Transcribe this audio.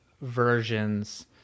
versions